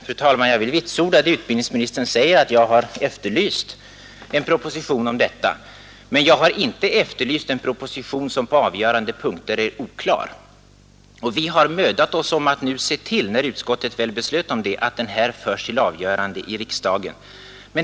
Fru talman! Jag vill vitsorda vad utbildningsministern sade om att jag har efterlyst en proposition om detta. Men jag har inte efterlyst en proposition som på avgörande punkter är oklar. I utskottet har vi emellertid bemödat oss om, när utskottet väl beslutat att behandla propositionen i vår, att se till att den förs till avgörande i riksdagen.